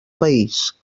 país